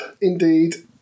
indeed